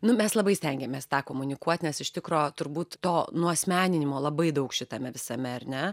nu mes labai stengiamės tą komunikuot nes iš tikro turbūt to nuasmeninimo labai daug šitame visame ar ne